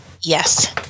Yes